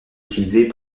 utilisés